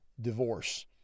divorce